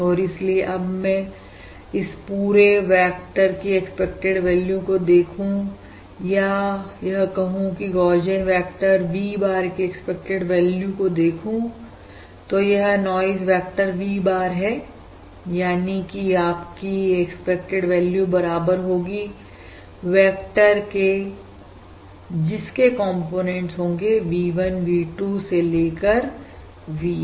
और इसलिए अब अगर मैं इस पूरे वेक्टर की एक्सपेक्टेड वैल्यू को देखूं या यह कहूं कि गौशियन वेक्टर V bar की एक्सपेक्टेड वैल्यू को देखूं तो यह नॉइज वेक्टर V bar है यानी कि आपकी एक्सपेक्टेड वैल्यू बराबर होगी वेक्टर के जिसके कॉम्पोनेंट्स होंगे V1 V2 से लेकर VN